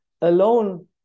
alone